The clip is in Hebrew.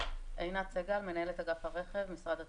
עינת סגל, מנהלת אגף הרכב, משרד התחבורה.